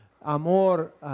amor